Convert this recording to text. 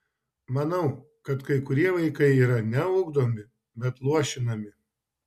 manau kad kai kurie vaikai yra ne ugdomi bet luošinami